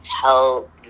tell